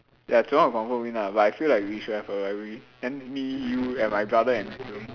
ya Zhi-Rong will confirm win ah but I feel like we should have a rivalry then me you and my brother and Zhi-Rong